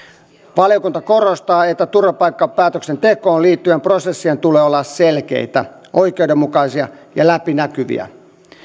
valiokunta korostaa että turvapaikkapäätöksen tekoon liittyvien prosessien tulee olla selkeitä oikeudenmukaisia ja läpinäkyviä